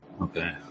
Okay